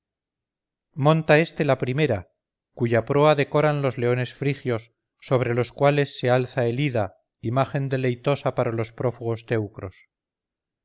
monta este la primera cuya proa decoran los leones frigios sobre los cales se alza el ida imagen deleitosa para los prófugos teucros